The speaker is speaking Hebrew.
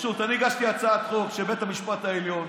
אני הגשתי הצעת חוק שבית המשפט העליון